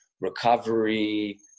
Recovery